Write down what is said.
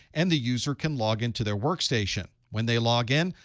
and the user can log into their workstation. when they log in,